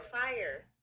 Fire